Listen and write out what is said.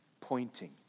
pointing